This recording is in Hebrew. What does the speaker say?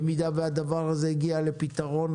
במידה והדבר הזה יגיע לפתרון,